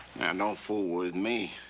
don't fool with me.